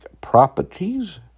properties